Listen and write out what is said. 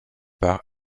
par